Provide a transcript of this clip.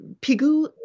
Pigou